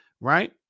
Right